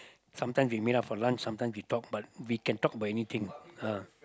sometimes we meet up for lunch sometimes we talk but we can talk about anything ah